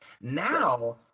Now